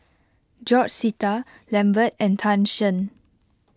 George Sita Lambert and Tan Shen